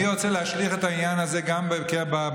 אני רוצה להשליך את העניין הזה גם במלחמה